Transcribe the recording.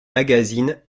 magazines